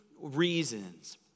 reasons